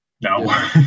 no